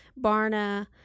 Barna